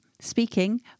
speaking